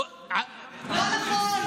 לא נכון.